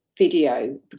video